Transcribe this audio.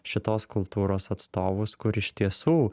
šitos kultūros atstovus kur iš tiesų